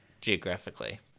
geographically